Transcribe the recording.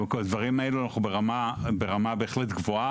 אבל בדברים האלו אנחנו ברמה בהחלט גבוהה